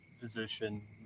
position